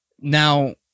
Now